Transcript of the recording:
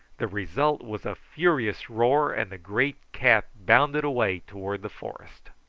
the result was a furious roar, and the great cat bounded away towards the forest.